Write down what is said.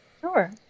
Sure